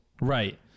Right